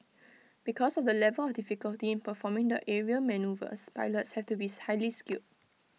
because of the level of difficulty in performing aerial manoeuvres pilots have to be highly skilled